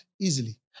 easily